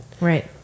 Right